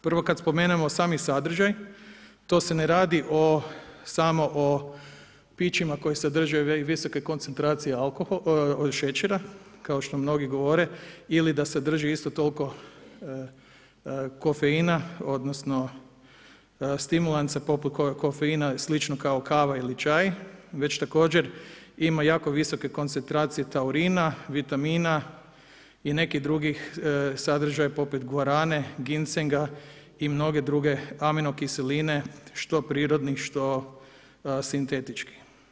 Prvo kad spomenemo sami sadržaj, to se ne radi o samo o pićima koji sadrže visoke koncentracije šećera, kao što mnogi govore ili da sadrži isto tolko kofeina, odnosno stimulansa poput kofeina, slično kao kava ili čaj, već također ima jako visoke koncentracije taurina, vitamina i nekih drugih sadržaja poput guarane, gincinga i mnoge druge aminokiseline, što prirodnih, što sintetičkih.